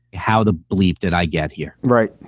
how the bleep did i get here? right.